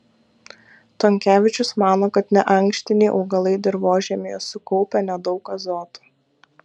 tonkevičius mano kad neankštiniai augalai dirvožemyje sukaupia nedaug azoto